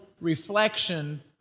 reflection